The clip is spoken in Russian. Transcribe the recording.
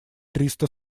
триста